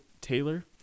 Taylor